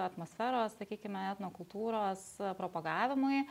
atmosferos sakykime etnokultūros propagavimui